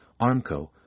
Armco